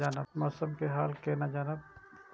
मौसम के हाल केना जानब?